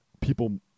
people